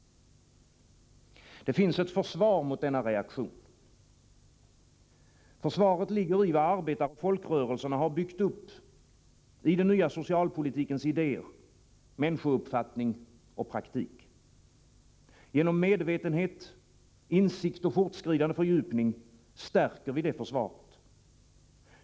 Det finns ett försvar mot denna reaktion. Försvaret ligger i vad arbetaroch folkrörelserna har byggt upp i den nya socialpolitikens idéer, människouppfattning och praktik. Genom medvetenhet, insikt och fortskridande fördjupning stärker vi det försvaret.